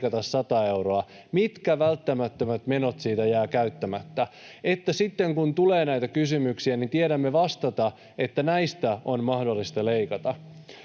leikata 100 euroa, mitkä välttämättömät menot siitä jäävät käyttämättä, niin että sitten kun tulee näitä kysymyksiä, niin tiedämme vastata, että näistä on mahdollista leikata.